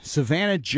Savannah